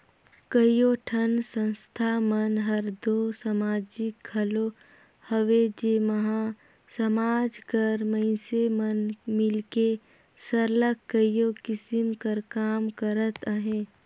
कइयो ठन संस्था मन हर दो समाजिक घलो हवे जेम्हां समाज कर मइनसे मन मिलके सरलग कइयो किसिम कर काम करत अहें